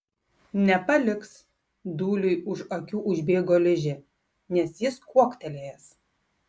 nepaliks dūliui už akių užbėgo ližė nes jis kuoktelėjęs